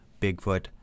Bigfoot